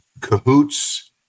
cahoots